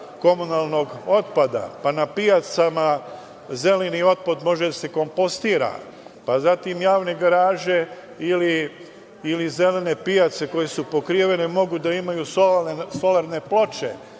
komunalnog otpada, pa na pijacama zeleni otpad može da se kompostira, pa zatim javne garaže ili zelene pijace koje su pokrivene mogu da imaju solarne ploče